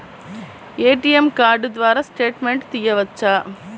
ATM card ద్వారా statement తీయవచ్చా?